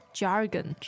jargon